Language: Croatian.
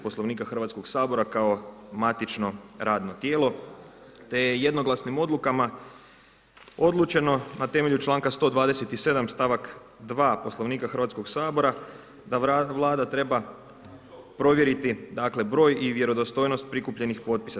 Poslovnika Hrvatskog sabora kao matično radno tijelo te je jednoglasnim odlukama odlučeno na temelju čl. 127, st. 2. Poslovnika Hrvatskog sabora da Vlada treba provjeriti dakle broj i vjerodostojnost prikupljenih potpisa.